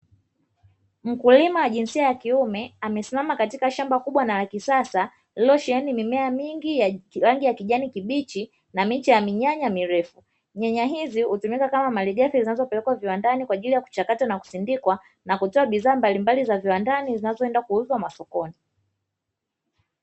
Mkulima wa jinsia ya kiume amesimama katika shamba kubwa na la kisasa lililosheheni mimea mingi ya rangi ya kijani kibichi na miche ya minyanya mirefu nyanya hizo utumika kama mali ghafi zizopelekwa viwandani kwajili ya kuchakatwa na kusindikwa na kutoa bidhaa mbalimbali za viwandani zinazoenda kuuzwa masokoni.